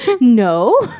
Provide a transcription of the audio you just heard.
No